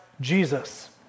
Jesus